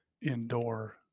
indoor